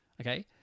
okay